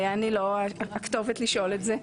אני לא הכתובת לשאול את זה.